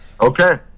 Okay